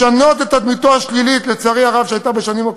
לשנות את התדמית השלילית שהייתה לו,